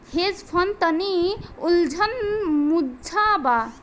hedge fund तनि उलझल मुद्दा बा